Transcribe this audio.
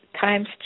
times